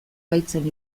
baitzen